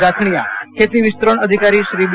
જાખણીયા ખેતી વિસ્તરણ અધિકારી શ્રી બી